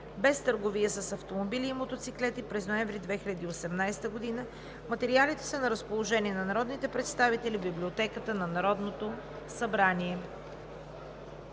без търговия с автомобили и мотоциклети през ноември 2018 г. Материалите са на разположение на народните представители в Библиотеката на Народното събрание.